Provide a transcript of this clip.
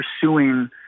pursuing